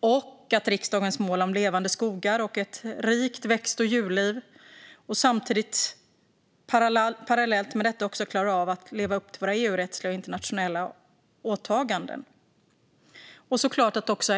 och riksdagens mål om levande skogar och ett rikt växt och djurliv och samtidigt, parallellt med detta, klara av att leva upp till våra EU-rättsliga och internationella åtaganden.